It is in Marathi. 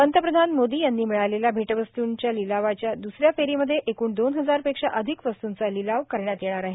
पंतप्रधान मोदी यांनी मिळालेल्या भेटवस्तूंच्या लिलावाच्या द्सऱ्या फेरीमध्ये एकूण दोन हजारपेक्षा अधिक वस्तूंचा लिलाव करण्यात येणार आहे